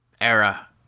era